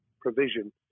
provision